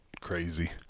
crazy